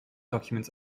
document